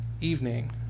evening